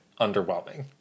underwhelming